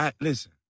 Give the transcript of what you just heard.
listen